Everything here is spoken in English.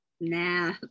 Nah